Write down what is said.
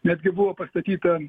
netgi buvo pastatyta